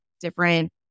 different